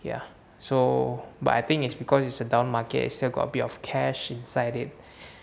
ya so but I think it's because it's a down market still got of cash inside it